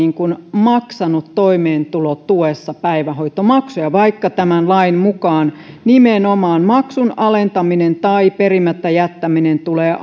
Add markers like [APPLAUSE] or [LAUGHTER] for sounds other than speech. maksanut toimeentulotuessa päivähoitomaksuja vaikka tämän lain mukaan nimenomaan maksun alentaminen tai perimättä jättäminen tulee [UNINTELLIGIBLE]